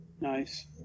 nice